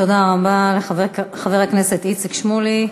תודה רבה לחבר הכנסת איציק שמולי.